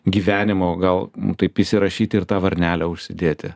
gyvenimo gal taip įsirašyti ir tą varnelę užsidėti